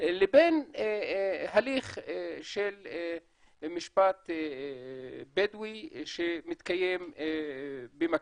לבין הליך של משפט בדואי שמתקיים במקביל.